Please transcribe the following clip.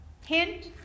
Hint